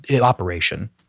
operation-